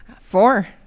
Four